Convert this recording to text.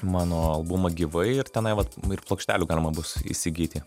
mano albumą gyvai ir tenai vat ir plokštelių galima bus įsigyti